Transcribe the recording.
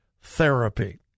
therapy